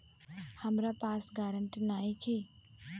हमरा पास ग्रांटर नइखे?